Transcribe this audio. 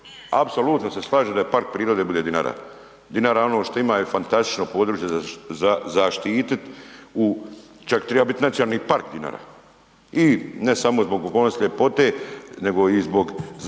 apsolutno se slažem da park prirode bude Dinara. Dinara ono što ima je fantastično područje za zaštiti u, čak triba biti nacionalni park Dinara. I ne samo zbog okolnosti ljepote nego i zbog značaja